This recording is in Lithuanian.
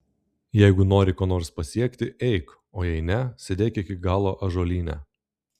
jeigu nori ko nors pasiekti eik o jei ne sėdėk iki galo ąžuolyne